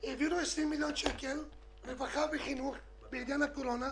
20 מיליון שקל לרווחה וחינוך בתקופת הקורונה.